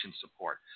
support